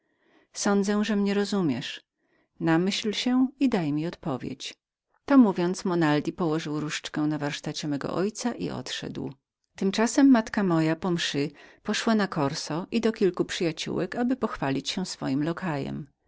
sądzę że mnie rozumiesz namyśl się i daj mi odpowiedź to mówiąc monaldi położył swoją laskę na warsztacie mego ojca i odszedł śród tego matka moja po mszy poszła na corso i do kilku swoich przyjaciołek aby pochwalić się z swoim lokajem